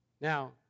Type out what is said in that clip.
Now